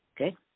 Okay